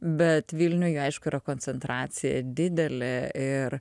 bet vilniuj aišku yra koncentracija didelė ir